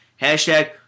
Hashtag